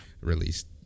released